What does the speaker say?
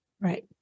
Right